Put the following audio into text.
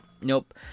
nope